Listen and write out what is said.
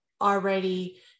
already